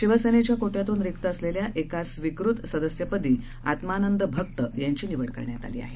शिवसेनेच्या कोट्यातून रिक्त असलेल्या एका स्वीकृत सदस्यपदी आत्मानंद भक्त यांची निवड करण्यात आली आहे